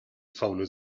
faule